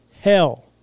hell